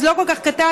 אז לא כל כך קטן,